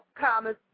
Commerce